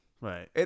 right